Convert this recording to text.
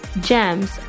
Gems